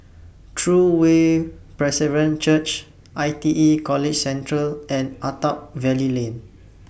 True Way Presbyterian Church I T E College Central and Attap Valley Lane